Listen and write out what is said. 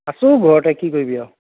আছোঁ ঘৰতে কি কৰিবি আৰু